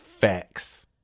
facts